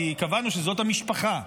כי קבענו שזאת המשפחה.